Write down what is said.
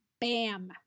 bam